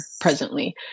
presently